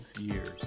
years